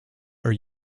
are